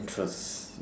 interests